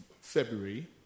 February